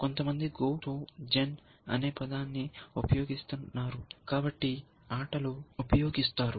కొంతమంది GO తో జెన్ అనే పదాన్ని ఉపయోగిస్తారు